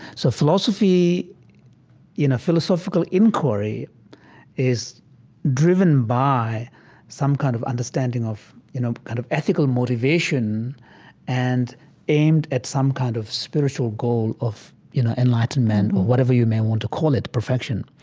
so philosophy you know, philosophical enquiry is driven by some kind of understanding of, you know, kind of ethical motivation and aimed at some kind of spiritual goal of you know enlightenment or whatever you may want to call it, perfection.